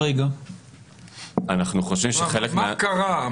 מה קרה?